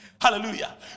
Hallelujah